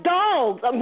dogs